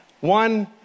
One